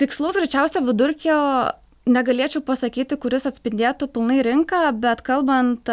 tikslaus greičiausia vidurkio negalėčiau pasakyti kuris atspindėtų pilnai rinką bet kalbant